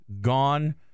gone